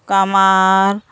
ᱠᱟᱢᱟᱨ